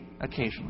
Occasionally